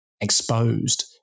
exposed